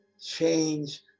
change